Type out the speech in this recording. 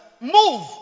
Move